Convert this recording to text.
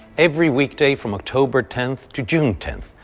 every weekday, from october tenth to june tenth,